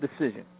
decision